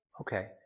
Okay